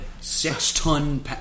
six-ton